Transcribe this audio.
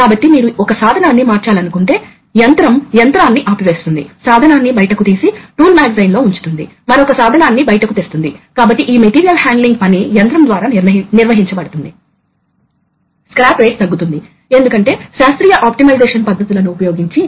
కాబట్టి వాల్వ్ ఎప్పుడు కదలాలి అది ప్రధాన వాల్వ్ షిఫ్ట్ అవడానికి అవసరమైన పవర్ ని అందించాలి కాబట్టి రెండు విషయాలు అవసరం కాబట్టి ఎలెక్ట్రోమెకానికల్ యాక్యుయేటర్లను తయారు చేయవచ్చు